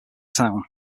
town